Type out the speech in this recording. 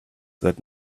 that